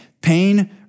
Pain